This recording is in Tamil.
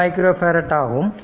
1மைக்ரோ பேரட் ஆகும்